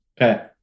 Okay